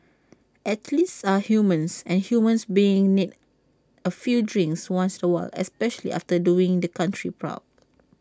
athletes are human and human beings need A few drinks once A while especially after doing the country proud